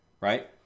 right